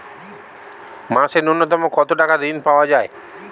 মাসে নূন্যতম কত টাকা ঋণ পাওয়া য়ায়?